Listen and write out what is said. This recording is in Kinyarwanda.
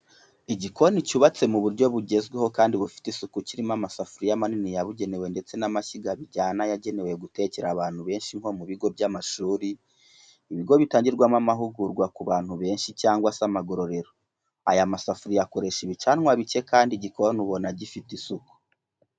Igikoni cyubatse mu buryo bugezweho kandi bufite isuku kirimo amasafuriya manini yabugenewe ndetse n'amashyiga bijyana yagenewe gutekera abantu benshi nko mu bigo by'amashuri, ibigo bitangirwamo amahugurwa ku bantu benshi, cyangwa se amagororero, aya mashyiga akoresha ibicanwa bicye kandi igikoni ukabona gifite isuku.